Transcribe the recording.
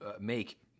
make